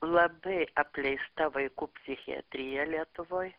labai apleista vaikų psichiatrija lietuvoj